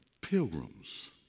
pilgrims